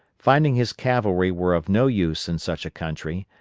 finding his cavalry were of no use in such a country,